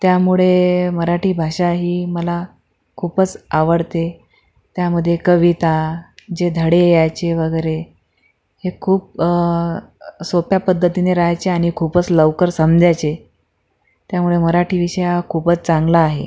त्यामुळे मराठी भाषा ही मला खूपच आवडते त्यामध्ये कविता जे धडे यायचे वगैरे हे खूप सोप्या पद्धतीनी रहायचे आणि खूपच लवकर समजायचे त्यामुळे मराठी विषय हा खूपच चांगला आहे